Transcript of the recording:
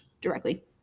directly